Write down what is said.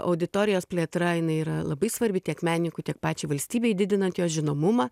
auditorijos plėtra jinai yra labai svarbi tiek menikui tiek pačiai valstybei didinant jos žinomumą